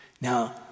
now